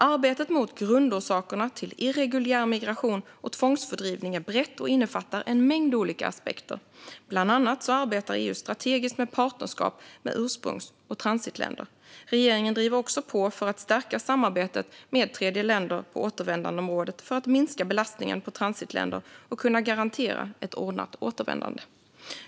Arbetet mot grundorsakerna till irreguljär migration och tvångsfördrivning är brett och innefattar en mängd olika aspekter. Bland annat arbetar EU strategiskt med partnerskap med ursprungs och transitländer. Regeringen driver också på för att stärka samarbetet med tredjeländer på återvändandeområdet för att minska belastningen på transitländer och kunna garantera ett ordnat återvändande.